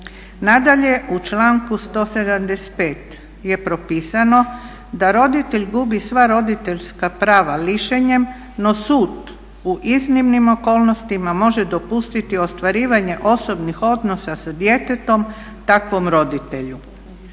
Nadalje u članku 175 je propisano da roditelj gubi sva roditeljska prava lišenjem no sud u iznimnim okolnostima može dopustiti ostvarivanje osobnih odnosa sa djetetom takvom roditelju.